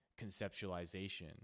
conceptualization